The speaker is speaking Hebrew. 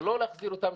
ולא להחזיר אותם,